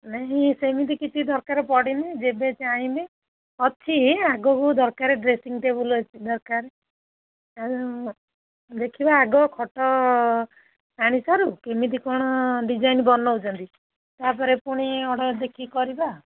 ନାଇଁ ସେମିତି କିଛି ଦରକାର ପଡ଼ିନି ଯେବେ ଚାହିଁବେ ଅଛି ଆଗକୁ ଦରକକାର ଡ୍ରେସିଂ ଟେବୁଲ ଅଛି ଦରକାର ଦେଖିବା ଆଗ ଖଟ ଆଣିସାରୁ କେମିତି କ'ଣ ଡିଜାଇନ୍ ବନଉଛନ୍ତି ତାପରେ ପୁଣି ଅର୍ଡର୍ ଦେଖିକି କରିବା